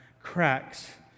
Cracks